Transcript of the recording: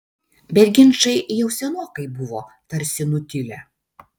bet ginčai jau senokai buvo tarsi nutilę